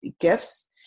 gifts